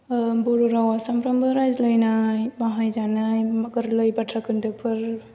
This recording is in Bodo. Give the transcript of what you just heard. बर' रावआव सानफ्रोमबो रायज्लायनाय बाहायजानाय गोरलै बाथ्रा खोन्दोफोर